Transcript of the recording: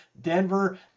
Denver